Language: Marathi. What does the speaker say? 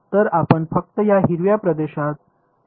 तर आपण फक्त या हिरव्या प्रदेशावर एकत्रित करत आहात